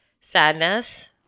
sadness